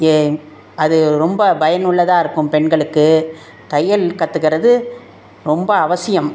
ஏ அது ரொம்ப பயனுள்ளதாக இருக்கும் பெண்களுக்கு தையல் கத்துக்கிறது ரொம்ப அவசியம்